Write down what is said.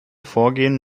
vorgehen